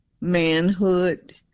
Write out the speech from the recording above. manhood